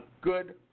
good